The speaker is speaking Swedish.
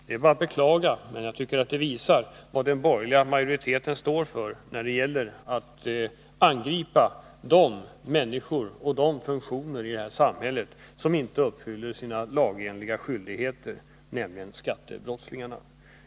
Det är att beklaga, och jag tycker att det visar vad den borgerliga majoriteten står för när det gäller att angripa de människor och de funktioner i det här samhället som inte uppfyller sina lagenliga skyldigheter, nämligen skattebrottslingarna.